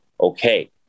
okay